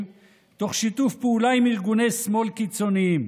תוך שיתוף פעולה עם ארגוני שמאל קיצוניים.